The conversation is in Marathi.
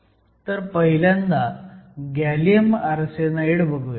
तर पहिल्यांदा गॅलियम आर्सेनाईड बघुयात